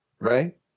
right